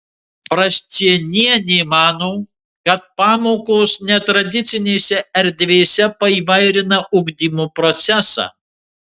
prascienienė mano kad pamokos netradicinėse erdvėse paįvairina ugdymo procesą